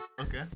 Okay